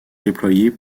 déployées